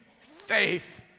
faith